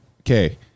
Okay